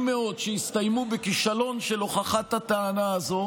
מאוד שיסתיימו בכישלון של הוכחת הטענה הזו,